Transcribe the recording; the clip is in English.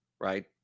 right